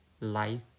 life